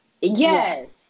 Yes